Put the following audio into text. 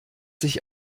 sich